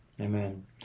Amen